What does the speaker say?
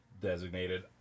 designated